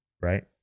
right